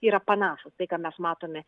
yra panašūs tai ką mes matome